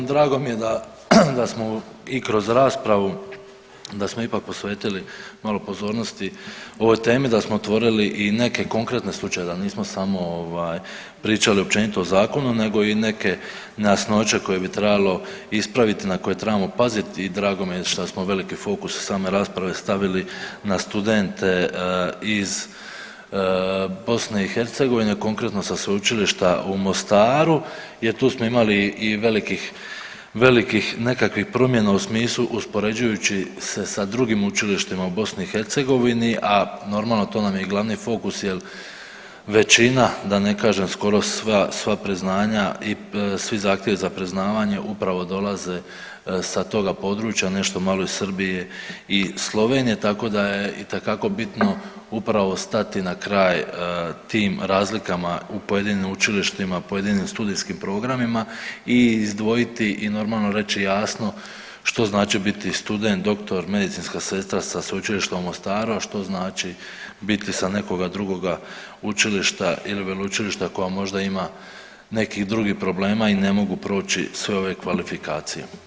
Drago mi je da smo i kroz raspravu, da smo ipak posvetili malo pozornosti ovoj temi, da smo otvorili i neke konkretne slučajeve, da nismo samo ovaj, pričali općenito o zakonu nego i neke nejasnoće koje bi trebalo ispraviti, na koje trebamo paziti i drago mi je šta smo veliki fokus sa same rasprave stavili na studente iz BiH, konkretno sa sveučilišta u Mostaru jer tu smo imali i velikih nekakvih promjena u smislu uspoređujući se sa drugim učilištima u BiH, a normalno, to nam je i glavni fokus jer većina, da ne kažem skoro sva priznanja i svi zahtjevi za priznavanje upravo dolaze sa toga područja, nešto malo iz Srbije i Slovenije, tako da je itekako bitno upravo stati na kraj tim razlikama u pojedinim učilištima, pojedinim studijskim programima i izdvojiti i normalno, reći jasno što znači biti student, doktor, medicinska sestra sa Sveučilišta u Mostaru, a što znači biti sa nekoga drugoga učilišta ili veleučilišta koja možda ima nekih drugih problema i ne mogu proći sve ove kvalifikacije.